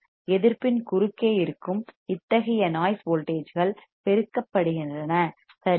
எதிர்ப்பின் குறுக்கே இருக்கும் இத்தகைய நாய்ஸ் வோல்டேஜ்கள் பெருக்கப்படுகின்றன சரியா